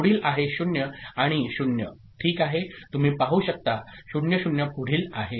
पुढीलआहे0 आणि 0 ठीक आहे तुम्ही पाहू शकता 0 0 पुढीलआहे